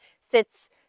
sits